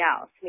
else